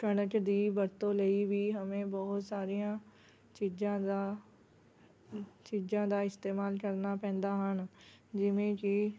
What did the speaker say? ਕਣਕ ਦੀ ਵਰਤੋਂ ਲਈ ਵੀ ਹਮੇ ਬਹੁਤ ਸਾਰੀਆਂ ਚੀਜ਼ਾਂ ਦਾ ਚੀਜ਼ਾਂ ਦਾ ਇਸਤੇਮਾਲ ਕਰਨਾ ਪੈਂਦਾ ਹਨ ਜਿਵੇਂ ਕਿ